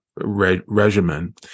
regimen